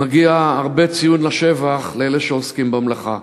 מגיע הרבה ציון לשבח לאלה שעוסקים במלאכה.